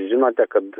žinote kad